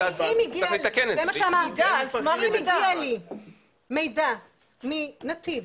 זה מה שאמרתי, אם הגיע אליי מידע מנתיב